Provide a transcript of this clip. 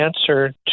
answer